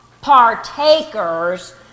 partakers